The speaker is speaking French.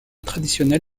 traditionnel